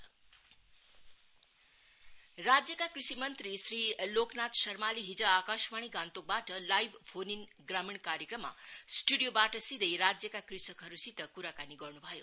minister agriculture राज्यका कृषि मंत्री श्री लोकनाथ शर्माले हिज आकाशवाणी गान्तोकवाट लाइभ फोन इन ग्रामीण कार्यक्रममा स्टुडियोबाट सिधै राज्यका कृषकहरुसित कुराकानी गर्नु भयो